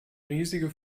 riesige